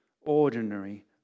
ordinary